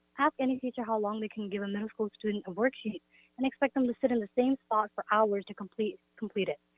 ask any teacher how long they can give a middle school student a worksheet and expect them to sit in the same spot for hours to complete complete it.